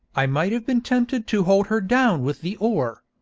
i might have been tempted to hold her down with the oar